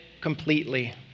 completely